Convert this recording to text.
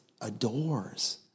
adores